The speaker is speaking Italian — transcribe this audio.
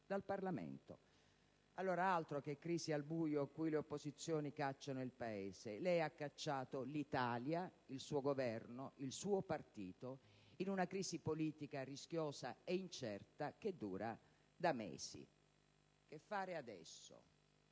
dal Parlamento. Allora, altro che crisi al buio in cui le opposizioni cacciano il Paese! Lei ha cacciato l'Italia, il suo Governo e il suo partito in una crisi politica, rischiosa e incerta, che dura da mesi. Che fare adesso?